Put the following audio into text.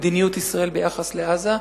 מדיניות ישראל ביחס לעזה,